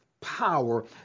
power